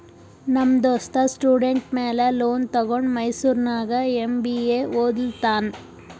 ನಮ್ ದೋಸ್ತ ಸ್ಟೂಡೆಂಟ್ ಮ್ಯಾಲ ಲೋನ್ ತಗೊಂಡ ಮೈಸೂರ್ನಾಗ್ ಎಂ.ಬಿ.ಎ ಒದ್ಲತಾನ್